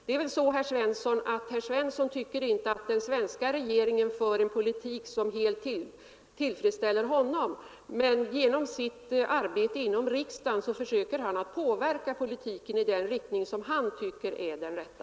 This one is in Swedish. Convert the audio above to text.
Det är väl på det sättet att herr Svensson i Malmö inte anser att den svenska regeringen för en politik som helt tillfredsställer honom, men genom sitt arbete inom riksdagen försöker han påverka politiken i den riktning som han tycker är den rätta.